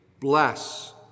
bless